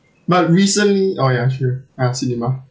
but recently oh ya true ah cinema